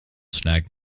snagged